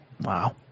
wow